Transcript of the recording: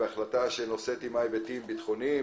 מדובר בהחלטה שנושאת עימה היבטים ביטחוניים,